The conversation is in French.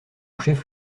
chef